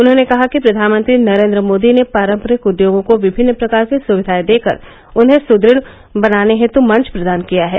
उन्होंने कहा कि प्रधानमंत्री नरेंद्र मोदी ने पारंपरिक उद्योगों को विभिन्न प्रकार की सुविधाए देकर उन्हें सुदृढ़ बनाने हेतु मंच प्रदान किया है